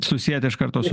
susiet iš karto su